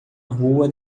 rua